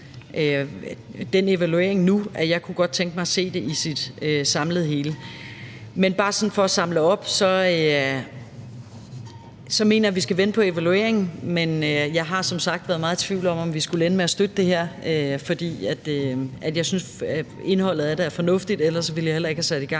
den evaluering, at jeg godt kunne tænke mig at se det som et samlet hele. Men bare for sådan at samle op: Jeg mener, at vi skal vente på evalueringen, men jeg har som sagt været meget i tvivl om, om vi skulle ende med at støtte det her forslag, for jeg synes, at indholdet i det er fornuftigt – ellers ville jeg heller ikke have sat gang